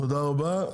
תודה רבה.